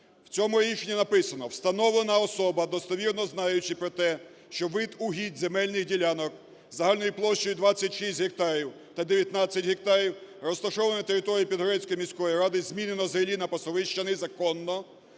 В цьому рішенні написано: "Встановлена особа, достовірно знаючи про те, що вид угідь земельних ділянок загальною площею 26 гектарів та 19 гектарів, розташованих на території Підгорецької міської ради, змінено з ріллі на пасовища незаконно,